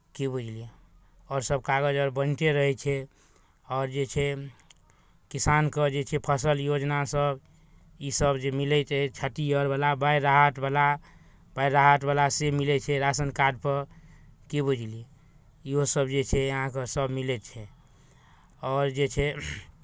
की बुझलियै आओर सभ कागज आर बनतै रहै छै आओर जे छै किसान के जे छै फसल योजनासभ ईसभ जे मिलैत अछि क्षति आरवला बाढ़ि राहतवला बाढ़ि राहतवला से मिलै छै राशन कार्डपर की बुझलियै इहोसभ जे छै अहाँकेँ सभ मिलै छै आओर जे छै